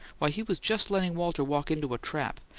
why, he was just letting walter walk into a trap!